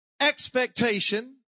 expectation